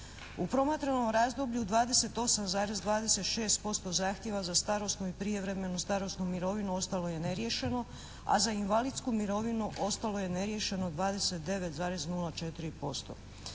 U promatranom razdoblju 28,26% zahtjeva za starosnu i prijevremenu starosnu mirovinu ostalo je neriješeno, a za invalidsku mirovinu ostalo je neriješeno 29,04%.